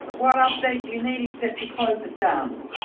what update do you need, except to close it down?